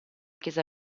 chiesa